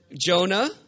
Jonah